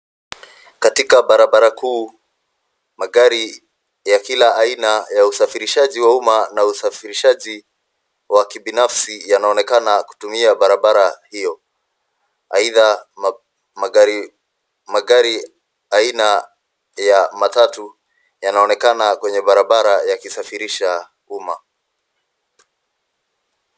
Katika barabara kuu, magari ya kila aina ya usafirishaji wa umma na usafirshaji wa kibinafsi yanaonekana kutumia barabara hio. Aidha magari, magari aina ya matatu yanaonekana kwa barabara yakisafirisha umma.